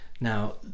Now